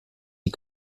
sie